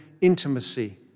intimacy